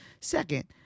Second